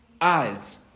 eyes